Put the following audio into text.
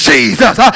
Jesus